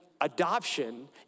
adoption